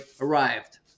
arrived